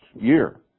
year